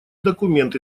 документ